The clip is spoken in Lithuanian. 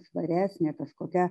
švaresnė kažkokia